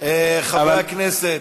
חברי הכנסת,